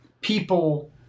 people